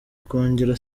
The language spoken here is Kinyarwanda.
kongera